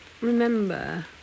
remember